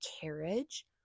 carriage